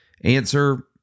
answer